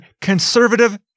conservative